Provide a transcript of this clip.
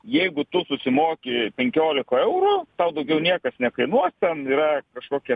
jeigu tu susimoki penkiolika eurų tau daugiau niekas nekainuos ten yra kažkokia